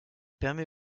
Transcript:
permet